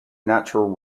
natural